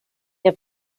der